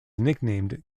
nicknamed